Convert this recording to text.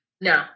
No